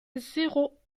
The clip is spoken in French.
zéro